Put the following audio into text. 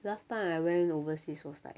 last time I went overseas was like